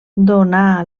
donà